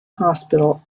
hospital